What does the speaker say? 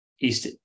east